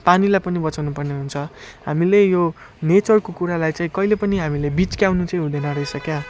पानीलाई पनि बचाउनुपर्ने हुन्छ हामीले यो नेचरको कुरालाई चाहिँ कहिले पनि हामीले बिच्काउनु चाहिँ हुँदैन रहेछ क्या